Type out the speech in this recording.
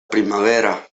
primavera